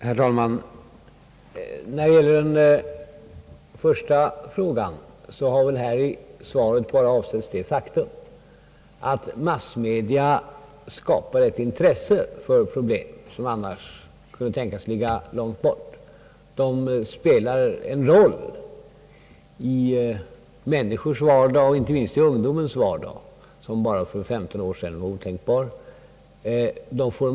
Herr talman! När det gäller den första frågan har väl i svaret bara avsetts det faktum att massmedia skapar ett intresse för problem som annars kunde tänkas ligga långt bort, problem som nu spelar en roll i människornas och inte minst ungdomens vardag vilken bara för femton år sedan var otänkbar.